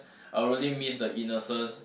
I really miss the innocence